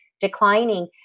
declining